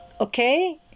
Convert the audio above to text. Okay